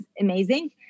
amazing